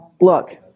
Look